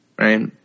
Right